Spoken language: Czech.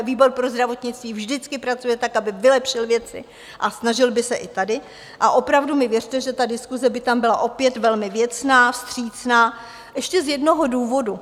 Výbor pro zdravotnictví vždycky pracuje tak, aby vylepšil věci, a snažil by se i tady, a opravdu mi věřte, že ta diskuse by tam byla opět velmi věcná, vstřícná ještě z jednoho důvodu.